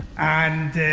and,